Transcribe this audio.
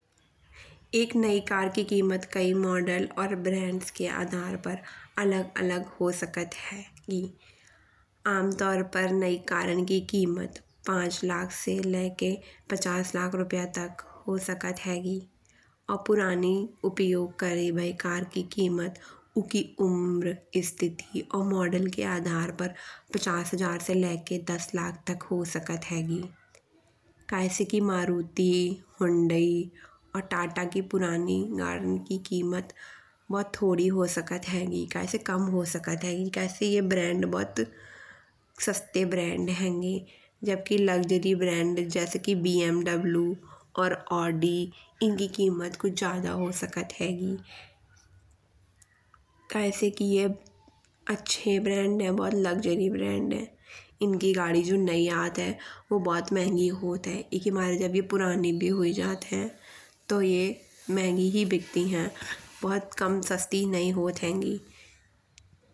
एक नई कार की कीमत कई मॉडल और ब्रैंड्स के आधार पर अलग अलग हो सकत है। आमतौर पर नई कारन की कीमत पाँच लाख से लाके पचास लाख रुपया तक हो सकत हेगी। और पुरानी उपयोग करी भई कार की कीमत ओकर उमर स्थिति और मॉडल के आधार पर पचास हजार से लाके दस लाख तक हो सकत हेगी। कय से कि मारुति, होंडा और टाटा की पुरानी गाड़ियाँ की कीमत बहुत थोड़ी हो सकत हेगी, कय से कि कम हो सकत हेगी। कय से ये ब्रैंड बहुत सस्ते ब्रैंड हेगें। जबकि लक्ज़री ब्रैंड जैसे कि बीएमडब्ल्यू और ऑडी इनकी कीमत कुछ ज़्यादा हो सकत हेगी। कय से कि ये अच्छे ब्रैंड हैं, बहुत लक्ज़री ब्रैंड हैं। इनकी गाड़ी जो नई आती हैं वो बहुत महँगी होत हैं। एके मारे जब जा पुरानी भी हुइ जाती है तो ये महँगी ही बिकती हैं। बहुत कम सस्ती नई होतें हेगें।